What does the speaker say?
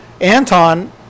Anton